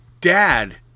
dad